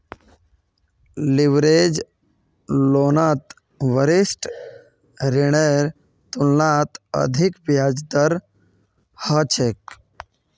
leverage लोनत विशिष्ट ऋनेर तुलनात अधिक ब्याज दर ह छेक